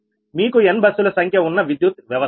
మీకు n బస్సుల సంఖ్య ఉన్న విద్యుత్ వ్యవస్థ